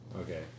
Okay